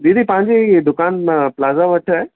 दीदी पंहिंजी हीअ दुकानु प्लाज़ा वटि आहे